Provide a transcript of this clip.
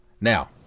Now